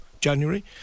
January